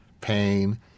pain